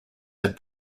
have